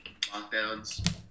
lockdowns